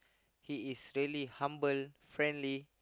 he is really humble friendly